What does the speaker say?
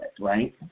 right